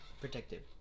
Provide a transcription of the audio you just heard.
protective